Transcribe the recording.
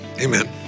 amen